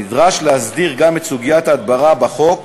נדרש להסדיר גם את סוגיית ההדברה בחוק